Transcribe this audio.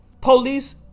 Police